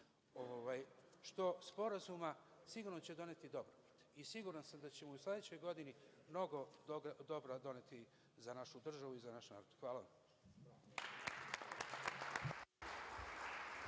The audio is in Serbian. što sporazuma, sigurno će doneti dobro. I siguran sam da ćemo u sledećoj godini mnogo dobra doneti za našu državu i za naš narod. Hvala.